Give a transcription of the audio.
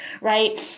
Right